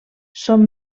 són